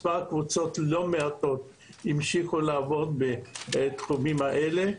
מספר קבוצות לא מעטות המשיכו לעבוד בתחומים האלה,